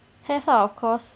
have ah of course